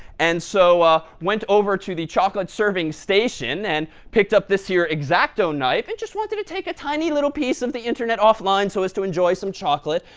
and so ah went over to the chocolate serving station, and picked up this here x-acto knife, and just wanted to take a tiny little piece of the internet offline so as to enjoy some chocolate.